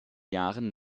jahren